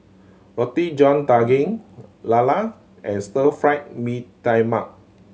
Roti John Daging lala and Stir Fried Mee Tai Mak